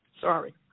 Sorry